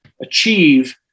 achieve